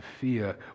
fear